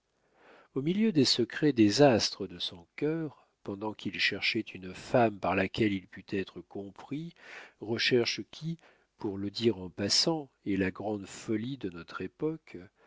au milieu des secrets désastres de son cœur pendant qu'il cherchait une femme par laquelle il pût être compris recherche qui pour le dire en passant est la grande folie amoureuse de notre époque